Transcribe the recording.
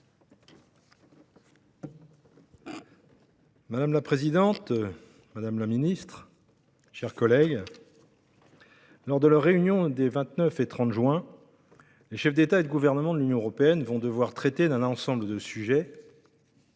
Madame la présidente, madame la secrétaire d'État, mes chers collègues, lors de leur réunion du 29 et du 30 juin prochain, les chefs d'État et de gouvernement de l'Union européenne vont devoir traiter d'un ensemble de sujets